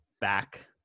back